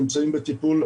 נמצאים בטיפול,